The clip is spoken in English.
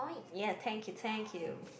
ya thank you thank you